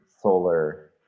solar